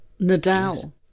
Nadal